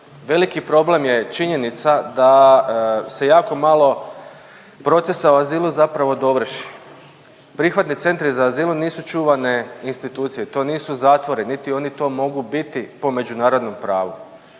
veliki problem je činjenica da se jako malo procesa u azilu zapravo dovrši. Prihvatni centri za azil nisu čuvane institucije, to nisu zatvori, niti oni to mogu biti po međunarodnom pravu